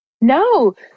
No